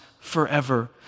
forever